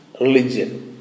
religion